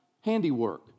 handiwork